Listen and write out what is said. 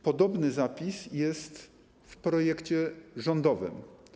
Podobny zapis jest w projekcie rządowym.